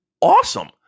awesome